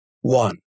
One